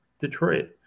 Detroit